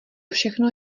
všechno